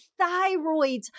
thyroids